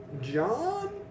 John